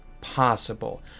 possible